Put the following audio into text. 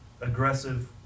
aggressive